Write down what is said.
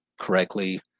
correctly